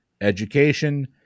Education